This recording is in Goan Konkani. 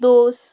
दोस